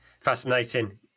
fascinating